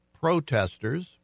protesters